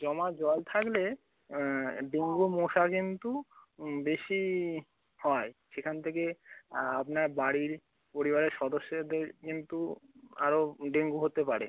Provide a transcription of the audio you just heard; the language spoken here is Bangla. জমা জল থাকলে ডেঙ্গু মশা কিন্তু বেশি হয় সেখান থেকে আপনার বাড়ির পরিবারের সদস্যদের কিন্তু আরো ডেঙ্গু হতে পারে